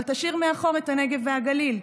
אבל תשאיר מאחור את הנגב והגליל,